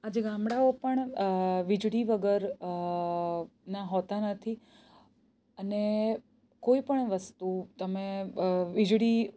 આજે ગામડાઓ પણ વીજળી વગર નાં હોતાં નથી અને કોઈ પણ વસ્તુ તમે વીજળી